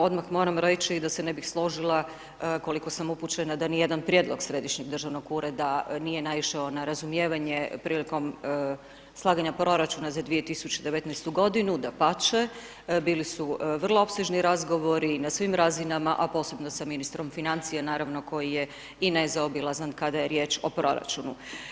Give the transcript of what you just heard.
Odmah moram reći da se ne bih složila, koliko sam upućena, da nijedan prijedlog Središnjeg državnog ureda nije naišao na razumijevanje prilikom slaganje proračuna za 2019. godinu, dapače, bili su vrlo opsežni razgovori, na svim razinama, a posebno sa ministrom financija, naravno, koji je i nezaobilazan, kada je riječ o proračunu.